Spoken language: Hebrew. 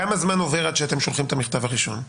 כמה זמן עובר עד שאתם שולחים את המכתב הראשון?